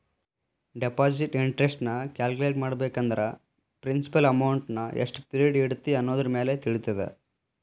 deposit interest ನ calculate ಮಾಡ್ಬೇಕಂದ್ರ principal ಅಮೌಂಟ್ನಾ ಎಷ್ಟ್ ಪಿರಿಯಡ್ ಇಡತಿ ಅನ್ನೋದರಮ್ಯಾಲೆ ತಿಳಿತದ